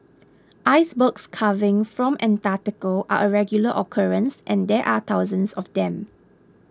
icebergs calving from Antarctica are a regular occurrence and there are thousands of them